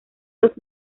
los